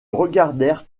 regardèrent